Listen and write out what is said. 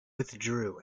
withdrew